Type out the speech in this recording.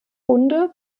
runde